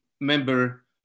member